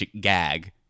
gag